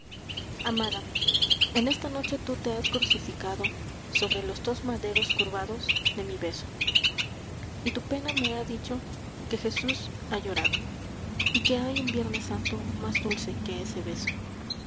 amada en esta noche tú te has crucificado sobre los dos maderos curvados de mi beso y tu pena me ha dicho que jesús ha llorado y que hay un viernesanto mas dulce que ese beso